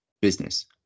business